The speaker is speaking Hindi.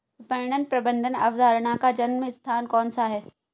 विपणन प्रबंध अवधारणा का जन्म स्थान कौन सा है?